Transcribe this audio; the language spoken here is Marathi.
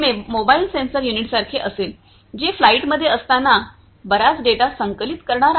हे मोबाईल सेन्सर युनिटसारखे असेल जे फ्लाइटमध्ये असताना बराच डेटा संकलित करणार आहे